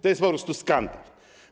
To jest po prostu skandal.